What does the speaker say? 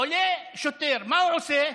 עולה שוטר, מה הוא עושה?